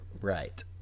Right